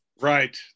Right